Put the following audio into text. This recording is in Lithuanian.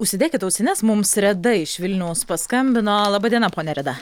užsidėkit ausines mums reda iš vilniaus paskambino laba diena ponia reda